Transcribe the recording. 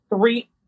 three